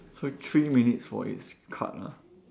take three minutes for each card lah